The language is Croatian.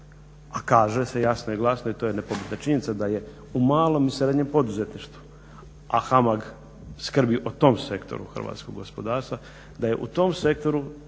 a kaže se jasno i glasno i to je nepobitna činjenica da je u malom i srednjem poduzetništvu, a HAMAG skrbi o tom sektoru hrvatskog gospodarstva da je u tom sektoru